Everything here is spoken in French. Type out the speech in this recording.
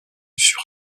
sur